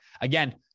again